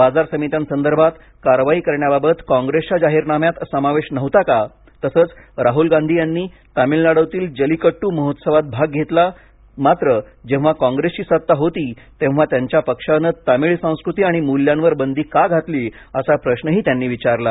बाजार सामित्यांबाबत कारवाई करण्याबाबत कॉंग्रेसच्या जाहीरनाम्यात समावेश नव्हता का तसंच राहुल गांधीं यांनी तामिळनाडूतील जल्लीकड्ट महोत्सवात भाग घेतला मात्र जेव्हा कॉग्रेसची सत्ता होती तेव्हा त्यांच्या पक्षाने तामिळ संस्कृती आणि मूल्यांवर बंदी का घातली असा प्रश्नही त्यांनी विचारला आहे